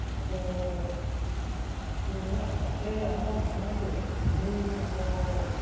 ᱟᱫᱚ ᱪᱮᱫ ᱤᱧ ᱢᱮᱱᱟ ᱡᱟᱛᱮ ᱟᱫᱚ ᱱᱚᱜᱼᱚᱭ ᱡᱮ ᱛᱤᱦᱤᱧ ᱟᱵᱚ